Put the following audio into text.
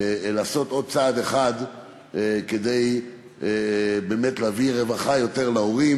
לעשות עוד צעד אחד כדי להביא יותר רווחה להורים.